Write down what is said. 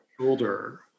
shoulder